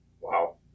Wow